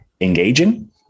engaging